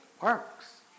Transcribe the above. works